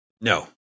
No